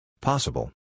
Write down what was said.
Possible